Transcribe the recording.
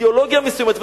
אידיאולוגיה מסוימת,